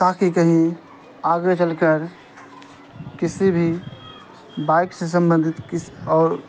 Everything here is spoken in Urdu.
تاکہ کہیں آگے چل کر کسی بھی بائک سے سمبندھت کس اور